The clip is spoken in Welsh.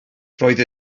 roedd